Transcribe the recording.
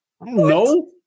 No